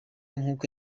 nkuko